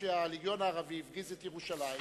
כאשר הלגיון הערבי התקיף את ירושלים,